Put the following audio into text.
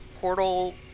portal